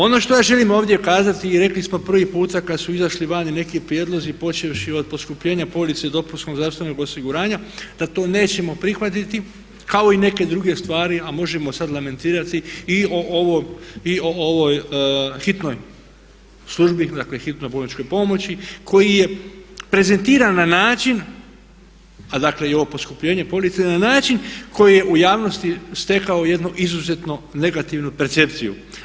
Ono što ja želim ovdje kazati i rekli smo prvi put kad su izašli vani neki prijedlozi počevši od poskupljenja police dopunskog zdravstvenog osiguranja da to nećemo prihvatiti kao i neke druge stvari, a možemo sad lamentirati i o ovoj hitnoj službi, dakle hitnoj bolničkoj pomoći koji je prezentiran na način a dakle i ovo poskupljenje police na način koji je u javnosti stekao jednu izuzetno negativnu percepciju.